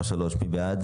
זה נכון שהנוסח נשלח בערב,